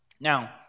Now